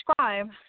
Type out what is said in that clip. subscribe